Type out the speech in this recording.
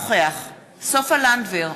סופה לנדבר,